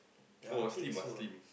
I think so